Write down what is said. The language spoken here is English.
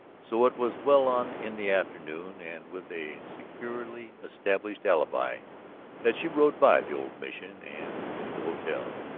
so it was well on in the afternoon and with a securely established alibi that she rode by the old mission and to the hotel.